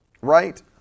right